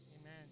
Amen